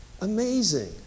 Amazing